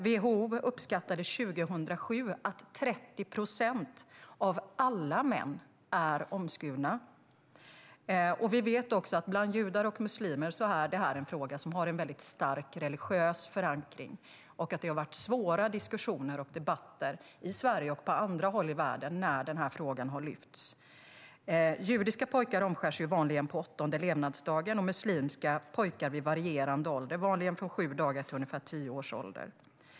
WHO uppskattade 2007 att 30 procent av alla män är omskurna. Vi vet också att bland judar och muslimer är det här en fråga som har en stark religiös förankring och att det har varit svåra diskussioner och debatter i Sverige och på andra håll i världen när den här frågan har lyfts. Judiska pojkar omskärs vanligen på den åttonde levnadsdagen och muslimska pojkar vid varierande ålder, vanligen mellan sju dagars och tio års ålder.